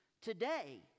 today